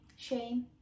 shame